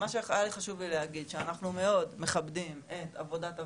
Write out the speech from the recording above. מה שהיה חשוב לי להגיד הוא שאנחנו מאוד מכבדים את עבודת הוועדה,